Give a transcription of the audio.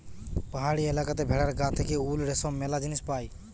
পাহাড়ি এলাকাতে ভেড়ার গা থেকে উল, রেশম ম্যালা জিনিস পায়